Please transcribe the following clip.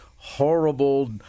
horrible